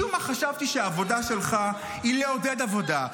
משום מה חשבתי שהעבודה שלך היא לעודד עבודה,